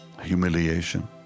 humiliation